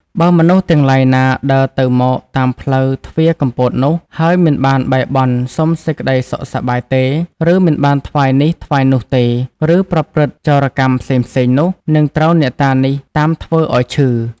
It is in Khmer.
បើមនុស្សទាំងឡាយណាដើរទៅមកតាមផ្លូវទ្វារកំពតនោះ ហើយមិនបានបែរបន់ សុំសេចក្ដីសុខសប្បាយទេ ឬមិនបានថ្វាយនេះថ្វាយនោះទេ ឬប្រព្រឹត្តចោរកម្មផ្សេងៗនោះ នឹងត្រូវអ្នកតានេះតាមធ្វើ ឲ្យឈឺ